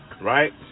right